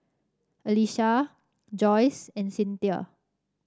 Alysa Joyce and Cynthia